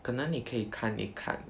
可能你可以看一看